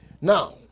Now